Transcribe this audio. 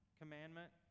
commandment